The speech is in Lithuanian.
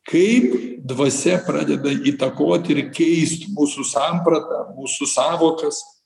kaip dvasia pradeda įtakoti ir keist mūsų sampratą mūsų sąvokas